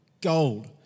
Gold